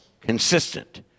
consistent